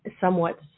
somewhat